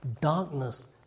darkness